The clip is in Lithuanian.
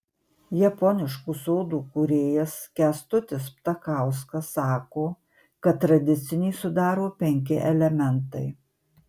japoniškų sodų kūrėjas kęstutis ptakauskas sako kad tradicinį sudaro penki elementai